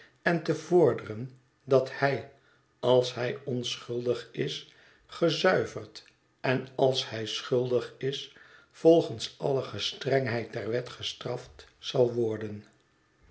en te vorderen dat hij als hij onschuldig is gezuiverd en als hij schuldig is volgens alle gestrengheid der wet gestraft zal worden